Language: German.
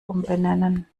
umbenennen